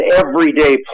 everyday